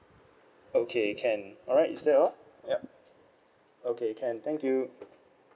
okay can alright is that all yup okay can thank you